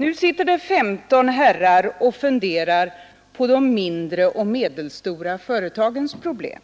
Nu sitter 15 herrar och funderar på de mindre och medelstora företagens problem.